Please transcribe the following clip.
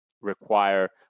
require